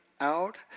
out